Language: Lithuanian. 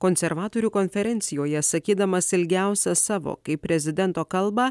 konservatorių konferencijoje sakydamas ilgiausią savo kaip prezidento kalbą